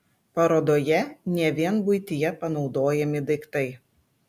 parodoje ne vien buityje panaudojami daiktai